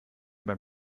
beim